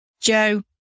Joe